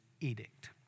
edict